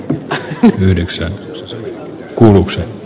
yksi yhdeksän anu s